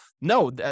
no